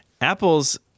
Apple's